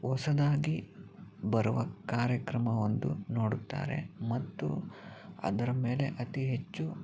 ಹೊಸದಾಗಿ ಬರುವ ಕಾರ್ಯಕ್ರಮವೊಂದು ನೋಡುತ್ತಾರೆ ಮತ್ತು ಅದರ ಮೇಲೆ ಅತಿ ಹೆಚ್ಚು